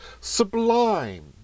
sublime